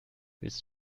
willst